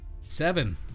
Seven